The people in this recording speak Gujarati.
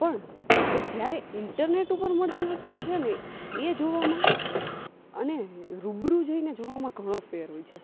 પણ જ્યારે ઈન્ટરનેટ ઉપર મળતી વસ્તુ છે ને એ જોવામાં અને રૂબરૂ જઈને જોવામાં ઘણો ફેર હોય છે